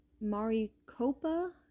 Maricopa